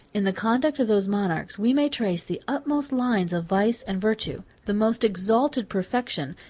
in the conduct of those monarchs we may trace the utmost lines of vice and virtue the most exalted perfection,